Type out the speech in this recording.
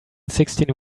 sixteen